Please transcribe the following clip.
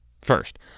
First